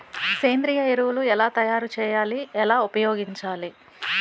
సేంద్రీయ ఎరువులు ఎలా తయారు చేయాలి? ఎలా ఉపయోగించాలీ?